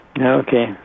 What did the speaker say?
Okay